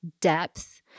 depth